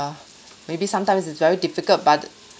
maybe sometimes it's very difficult but